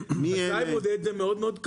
אבל לחקלאי בודד זה מאוד מאוד קשה.